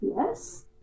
Yes